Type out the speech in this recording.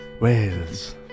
Wales